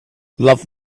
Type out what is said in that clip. love